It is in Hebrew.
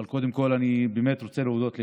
אבל קודם כול אני באמת רוצה להודות לך,